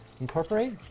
incorporate